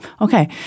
Okay